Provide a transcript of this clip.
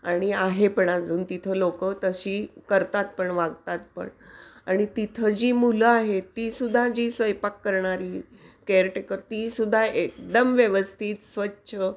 आणि आहे पण अजून तिथं लोकं तशी करतात पण वागतात पण आणि तिथं जी मुलं आहेत ती सुद्धा जी स्वयंपाक करणारी केअरटेकर ती सुद्धा एकदम व्यवस्थित स्वच्छ